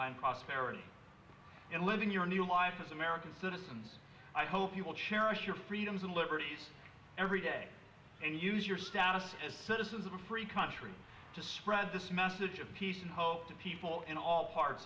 prosperity and living your new lives as american citizens i hope you will cherish your freedoms and liberties every day and use your status as citizens of a free country to spread this message of peace and hope to people in all parts